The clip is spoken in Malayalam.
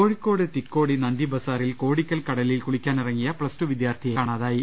കോഴിക്കോട് തിക്കോടി നന്തി ബസാറിൽ കോടിക്കൽ കടലിൽ കുളിക്കാനിറങ്ങിയ പ്ലസ്ടു വിദ്യാർത്ഥിയെ കാണാതായി